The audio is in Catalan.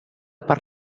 per